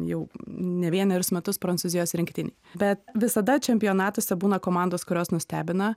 jau ne vienerius metus prancūzijos rinktinei bet visada čempionatuose būna komandos kurios nustebina